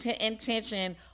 intention